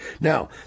Now